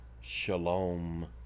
Shalom